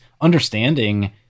understanding